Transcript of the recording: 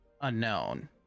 Unknown